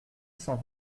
s’en